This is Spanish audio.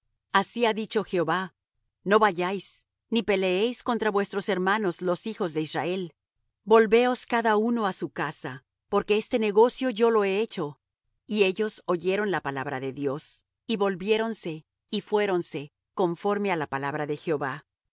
así ha dicho jehová no vayáis ni peleéis contra vuestros hermanos los hijos de israel volveos cada uno á su casa porque este negocio yo lo he hecho y ellos oyeron la palabra de dios y volviéronse y fuéronse conforme á la palabra de jehová